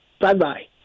Bye-bye